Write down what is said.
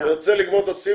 יוצא מן הכלל